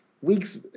weeks